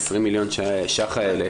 ה-20 מיליון ₪ האלה,